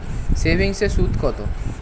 সেভিংসে সুদ কত?